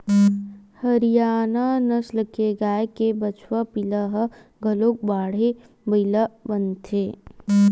हरियाना नसल के गाय के बछवा पिला ह घलोक बाड़के बइला बनथे